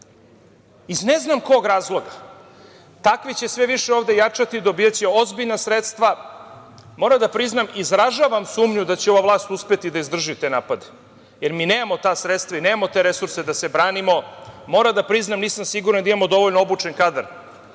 iz ne znam kog razloga. Takvi će sve više ovde jačati, dobijaće ozbiljna sredstva. Moram da priznam, izražavam sumnju da će ova vlast uspeti da izdrži te napade, jer mi nemamo ta sredstva i nemamo te resurse da se branimo. Moram da priznam nisam siguran da imamo dovoljno obučen kadar,